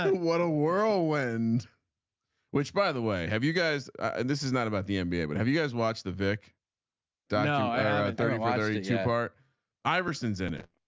what a o wind which by the way have you guys. and this is not about the nba but have you guys watch the vick dow thirty what are you two part iverson's in it.